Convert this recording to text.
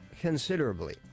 considerably